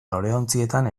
loreontzietan